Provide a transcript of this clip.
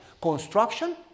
construction